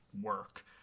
work